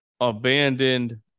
Abandoned